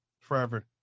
forever